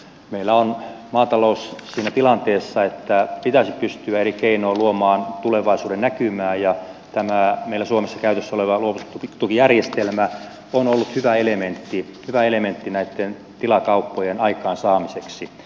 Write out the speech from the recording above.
meillä on maatalous siinä tilanteessa että pitäisi pystyä eri keinoin luomaan tulevaisuudennäkymää ja tämä meillä suomessa käytössä oleva luopumistukijärjestelmä on ollut hyvä elementti näitten tilakauppojen aikaansaamiseksi